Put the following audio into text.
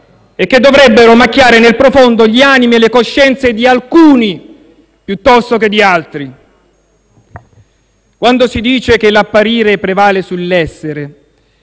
e che dovrebbero macchiare nel profondo gli animi e le coscienze di alcuni piuttosto che di altri, quando si dice che l'apparire prevale sull'essere,